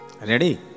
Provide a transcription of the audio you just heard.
Ready